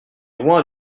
loin